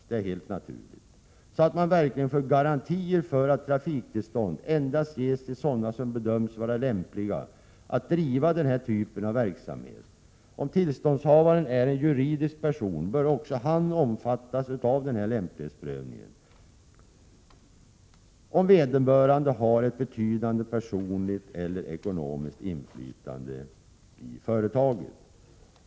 Det är helt naturligt för att man verkligen skall få garantier för att trafiktillstånd endast ges till sådana som bedöms vara lämpliga att driva denna typ av verksamhet. Om tillståndshavaren är en juridisk person bör också innehavarna omfattas av denna lämplighetsprövning, om de har ett betydande personligt eller ekonomiskt inflytande i företaget.